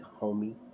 homie